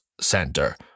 center